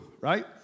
Right